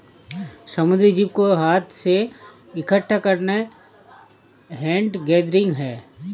समुद्री जीव को हाथ से इकठ्ठा करना हैंड गैदरिंग है